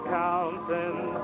counting